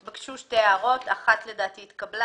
התבקשו שתי הערות ולדעתי אחת התקבלה